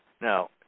Now